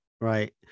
right